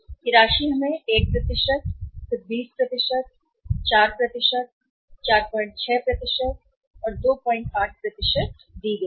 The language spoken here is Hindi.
यह राशि हमें 1 फिर 20 4 46 28 दी गई है